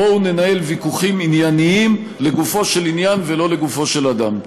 בואו ננהל ויכוחים ענייניים לגופו של עניין ולא לגופו של אדם.